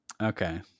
Okay